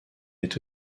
est